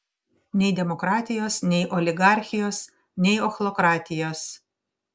nei demokratijos nei oligarchijos nei ochlokratijos